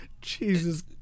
Jesus